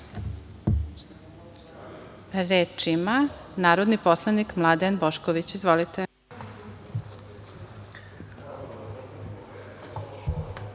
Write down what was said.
ima narodni poslanik Mladen Bošković. Izvolite.